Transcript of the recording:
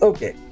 Okay